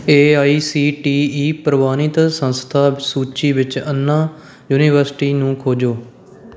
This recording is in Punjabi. A I C T E ਪ੍ਰਵਾਨਿਤ ਸੰਸਥਾ ਸੂਚੀ ਵਿੱਚ ਅੰਨਾ ਯੂਨੀਵਰਸਿਟੀ ਨੂੰ ਖੋਜੋ